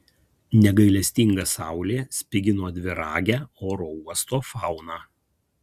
negailestinga saulė spigino dviragę oro uosto fauną